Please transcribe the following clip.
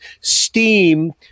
STEAM